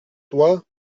toi